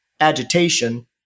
agitation